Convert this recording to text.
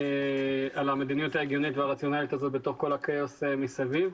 על המדיניות ההגיונית והרציונלית הזו בתוך כל הכאוס מסביב.